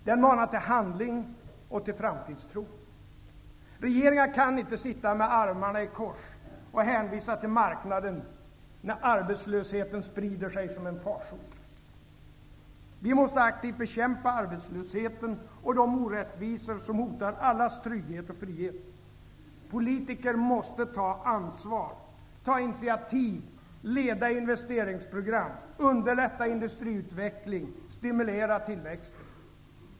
Den manar till handling och till framtidstro. Regeringar kan inte sitta med armarna i kors och hänvisa till marknaden när arbetslösheten sprider sig som en farsot. Vi måste aktivt bekämpa arbetslösheten och de orättvisor som hotar allas trygghet och frihet. Politiker måste ta ansvar och ta initiativ, leda investeringsprogram, underlätta industriutveckling och stimulera tillväxten.